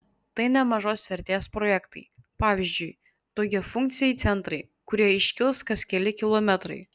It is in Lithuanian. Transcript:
tai nemažos vertės projektai pavyzdžiui daugiafunkciai centrai kurie iškils kas keli kilometrai